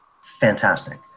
fantastic